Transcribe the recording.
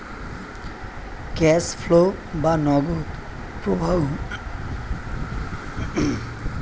cash flow বা নগদ প্রবাহ ভার্চুয়ালি হয়